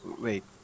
wait